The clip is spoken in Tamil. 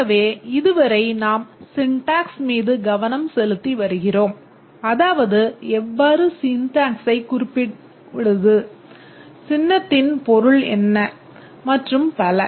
ஆகவே இதுவரை நாம் syntax மீது கவனம் செலுத்தி வருகிறோம் அதாவது எவ்வாறு syntax ஐ குறிப்பிடுவது சின்னத்தின் பொருள் என்ன மற்றும் பல